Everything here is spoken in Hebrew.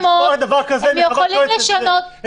למרות שעם חלק מהם חלק לא מסכימים,